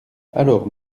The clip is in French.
alors